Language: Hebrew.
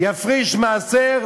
יפריש מעשר,